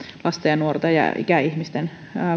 lasten nuorten ja ikäihmisten